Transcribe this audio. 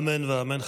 אמן ואמן.